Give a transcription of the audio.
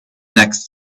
next